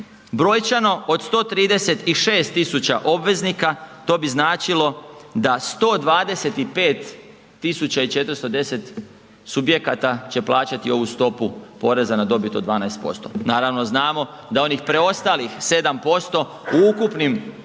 Brojčano od 136 000 obveznika, to bi značilo da 125 410 subjekata će plaćati ovu stopu poreza na dobit od 12%. Naravno, znamo da onih preostalih 7% u ukupnim poreznim